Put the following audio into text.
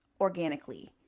organically